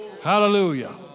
Hallelujah